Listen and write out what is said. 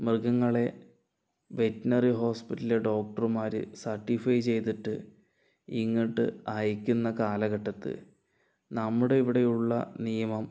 മൃഗങ്ങളെ വെറ്റിനറി ഹോസ്പിറ്റലിലെ ഡോക്ടർമാര് സെർട്ടിഫൈ ചെയ്തിട്ട് ഇങ്ങോട്ട് അയക്കുന്ന കാലഘട്ടത് നമ്മുടെ ഇവിടെയുള്ള നിയമം